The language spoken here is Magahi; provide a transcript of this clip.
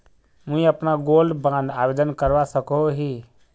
मुई अपना गोल्ड बॉन्ड आवेदन करवा सकोहो ही?